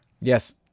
Yes